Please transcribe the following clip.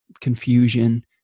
confusion